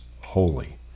holy